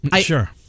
sure